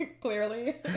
Clearly